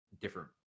different